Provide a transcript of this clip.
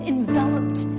Enveloped